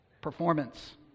Performance